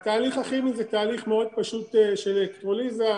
התהליך הכימי הוא תהליך מאוד פשוט של אלקטרוליזה,